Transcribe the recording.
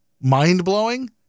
mind-blowing